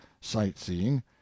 sightseeing